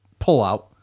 pullout